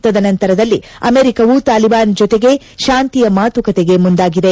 ತದ ನಂತರದಲ್ಲಿ ಅಮೆರಿಕವು ತಾಲಿಬಾನ್ ಜೊತೆಗೆ ಶಾಂತಿಯ ಮಾತುಕತೆಗೆ ಮುಂದಾಗಿದೆ